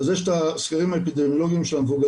אז יש את הסקרים האפידמיולוגים של המבוגרים,